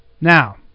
Now